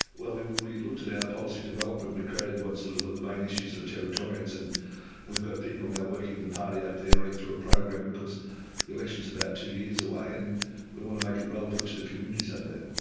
well, we we looked at our policy development. we created what sort of were the main issues for territorians, and we've got people now working in the party up there, running through a program, because the election is about two years away and we want to make it relevant to the communities up there.